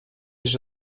есть